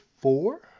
four